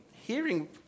hearing